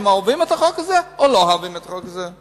אם אוהבים את החוק הזה או לא אוהבים את החוק הזה.